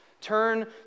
Turn